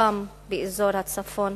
רובם באזור הצפון.